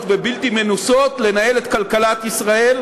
ובלתי מנוסות לנהל את כלכלת ישראל,